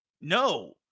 No